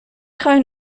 خواین